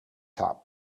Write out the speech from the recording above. top